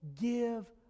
give